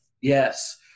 Yes